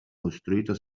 costruito